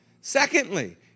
Secondly